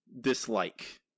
dislike